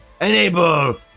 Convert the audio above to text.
Enable